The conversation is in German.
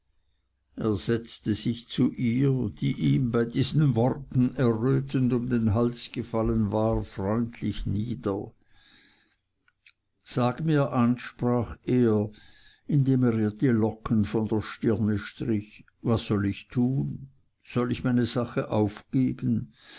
er setzte sich zu ihr die ihm bei diesen worten errötend um den hals gefallen war freundlich nieder sag mir an sprach er indem er ihr die locken von der stirne strich was soll ich tun soll ich meine sache aufgeben